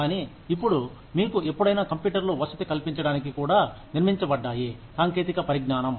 కానీ ఇప్పుడు మీకు ఎప్పుడైనా కంప్యూటర్లు వసతి కల్పించడానికి కూడా నిర్మించబడ్డాయి సాంకేతిక పరిజ్ఞానం